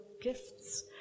gifts